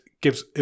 gives